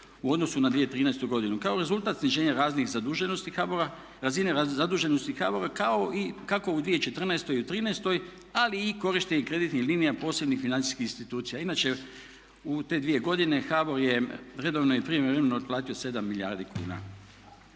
u odnosu na 2013. godinu. Kao rezultat sniženja raznih zaduženosti HBOR-a, razine zaduženosti HBOR-a kao i kako u 2014. i u trinaestoj ali i korištenjem kreditnih linija posebnih financijskih institucija. Inače u te dvije godine HBOR je redovno i prijevremeno otplatio 7 milijardi kuna.